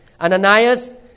Ananias